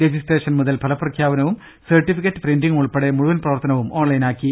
registration മുതൽ ഫ്രലപ്രഖ്യാപനവും certificate പ്രിന്റിംഗും ഉൾപ്പെടെ മുഴുവൻ പ്രവർത്തനവും ഓൺലൈനാക്കി